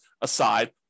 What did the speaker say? aside